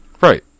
Right